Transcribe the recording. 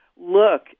look